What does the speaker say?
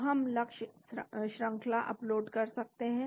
तो हम लक्ष्य श्रंखला अपलोड कर सकते हैं